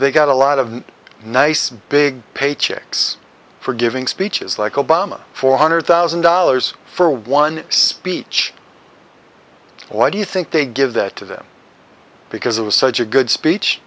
they got a lot of nice big paychecks for giving speeches like obama four hundred thousand dollars for one speech why do you think they give that to them because it was such a good speech